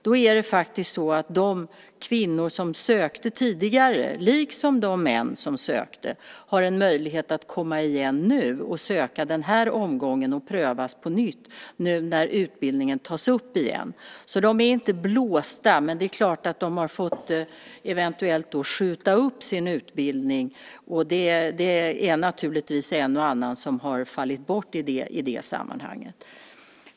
Då är det faktiskt så att de kvinnor som sökte tidigare, liksom de män som sökte, har en möjlighet att komma igen nu och söka den här omgången och prövas på nytt, nu när utbildningen tas upp igen. De är alltså inte blåsta, men det är klart att de eventuellt har fått skjuta upp sin utbildning, och det är naturligtvis en och annan som har fallit bort i det sammanhanget.